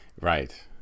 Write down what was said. Right